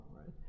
right